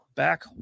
Back